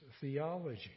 theology